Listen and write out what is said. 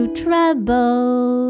trouble